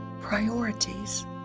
priorities